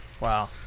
Wow